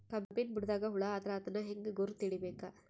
ಕಬ್ಬಿನ್ ಬುಡದಾಗ ಹುಳ ಆದರ ಅದನ್ ಹೆಂಗ್ ಗುರುತ ಹಿಡಿಬೇಕ?